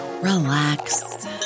relax